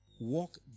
Walk